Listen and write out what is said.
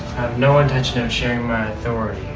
no intention of sharing my authority